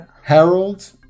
Harold